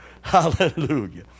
Hallelujah